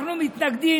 אנחנו מתנגדים.